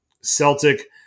Celtic